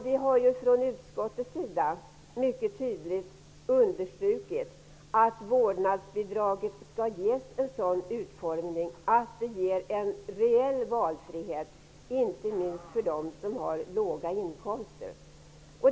Vi har från utskottets sida tydligt understrukit att vårdnadsbidraget skall ges en sådan utformning, att det ger en reell valfrihet för inte minst dem som har låga inkomster.